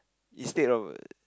instead of a